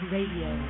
Radio